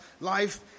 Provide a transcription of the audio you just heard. life